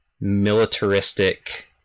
militaristic